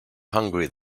hungry